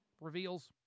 reveals